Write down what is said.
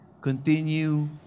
Continue